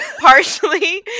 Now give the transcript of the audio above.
partially